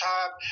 Time